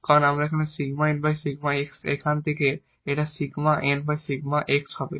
কারণ এই 𝜕𝑁𝜕𝑥 এখান থেকে 𝜕𝑁𝜕𝑥 হবে